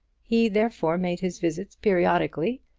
he therefore made his visits periodically,